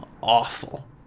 awful